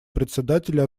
председателя